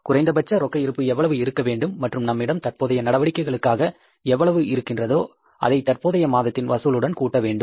குறைந்தபட்ச ரொக்க இருப்பு எவ்வளவு இருக்க வேண்டும் மற்றும் நம்மிடம் தற்போதைய நடவடிக்கைகளுக்காக எவ்வளவு இருக்கின்றதோ அதை தற்போதைய மாதத்தின் வசூலுடன் கூட்ட வேண்டும்